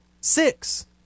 six